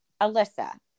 Alyssa